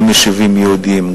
גם יישובים יהודיים,